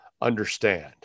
understand